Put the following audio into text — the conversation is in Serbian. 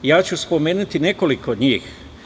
Ja ću spomenuti nekoliko njih.